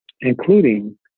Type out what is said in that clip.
including